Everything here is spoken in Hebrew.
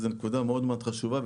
זה נקודה מאוד חשובה,